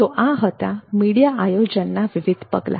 તો આ હતા મીડિયા આયોજનના વિવિધ પગલાં